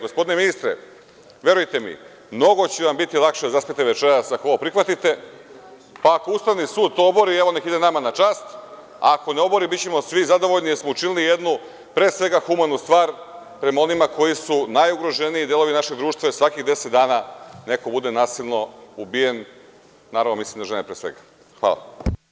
Gospodine ministre, verujte mi, mnogo će vam biti lakše da zaspite večeras ako ovo prihvatite, pa ako Ustavni sud to obori, neka ide nama na čast, a ako ne obori, bićemo svi zadovoljni, jer smo učinili jednu humanu stvar prema onima koji su najugroženiji, to je deo našeg društva, jer svakih deset dana neko bude nasilno ubijen, naravno, mislim na žene, pre svega.